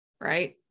right